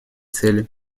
цели